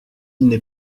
n’est